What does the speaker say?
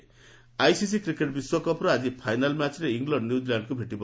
cricket W C ICC cricket ବିଶ୍ୱକପ୍ର ଆଜି final ମ୍ୟାଚ୍ରେ ଇଂଲଣ୍ଡ ନ୍ୟୁଜିଲାଣ୍ଡ୍କୁ ଭେଟିବ